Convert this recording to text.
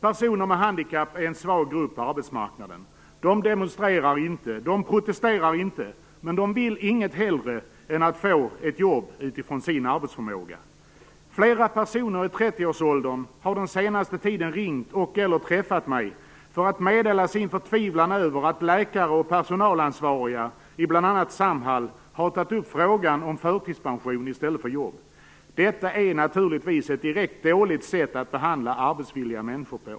Personer med handikapp är en svag grupp på arbetsmarknaden. De demonstrerar inte, de protesterar inte men de vill inget hellre än att få ett jobb utifrån sin arbetsförmåga. Flera personer i 30-årsåldern har den senaste tiden ringt och/eller träffat mig för att meddela sin förtvivlan över att läkare och personalansvariga i bl.a. Samhall har tagit upp frågan om förtidspension i stället för jobb. Detta är naturligtvis ett direkt dåligt sätt att behandla arbetsvilliga människor.